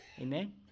Amen